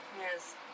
Yes